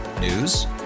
News